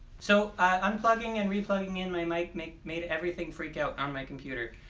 so, unplugging and replugging in my my mic made everything freak out on my computer.